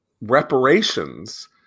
reparations